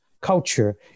culture